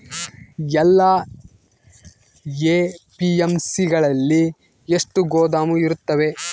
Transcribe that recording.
ಎಲ್ಲಾ ಎ.ಪಿ.ಎಮ್.ಸಿ ಗಳಲ್ಲಿ ಎಷ್ಟು ಗೋದಾಮು ಇರುತ್ತವೆ?